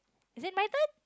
is it my turn